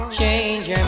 change